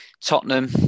Tottenham